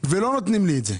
אבל לא נותנים לי את זה.